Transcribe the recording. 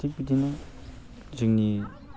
थिग बिदिनो जोंनि